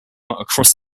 across